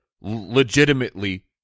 legitimately